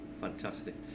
Fantastic